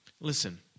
Listen